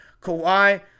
Kawhi